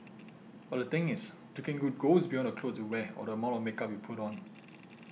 but the thing is looking good goes beyond the clothes you wear or the amount of makeup you put on